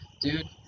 Dude